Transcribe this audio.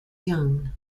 young